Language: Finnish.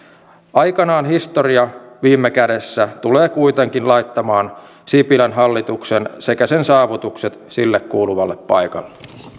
aikanaan historia viime kädessä tulee kuitenkin laittamaan sipilän hallituksen sekä sen saavutukset sille kuuluvalle paikalle